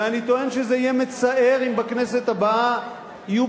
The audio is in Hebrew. ואני טוען שיהיה מצער אם בכנסת הבאה יהיו